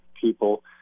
people